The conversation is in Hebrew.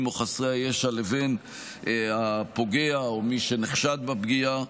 או חסרי הישע לבין הפוגע או מי שנחשד בפגיעה.